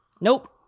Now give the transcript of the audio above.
Nope